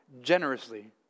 generously